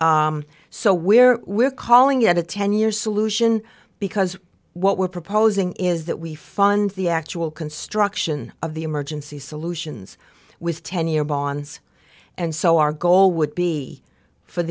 so we're we're calling it a ten year solution because what we're proposing is that we fund the actual construction of the emergency solutions with ten year bonds and so our goal would be for